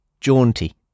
jaunty